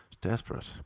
Desperate